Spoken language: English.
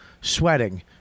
sweating